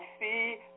see